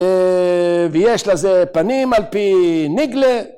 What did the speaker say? ‫ויש לזה פנים על פי נגלה.